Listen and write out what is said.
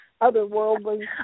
Otherworldly